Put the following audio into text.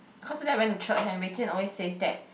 cause today I went to church and Wei-Jian always says that